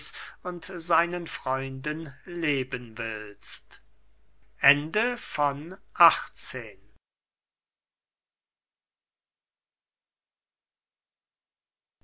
und seinen freunden leben willst